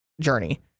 journey